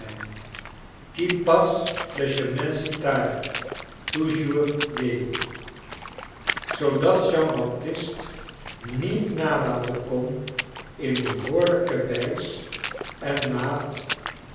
tard tou jours gait zoodat jean baptist niet nalaten kon in behoorlijke wijs en maat